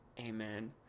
Amen